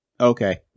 Okay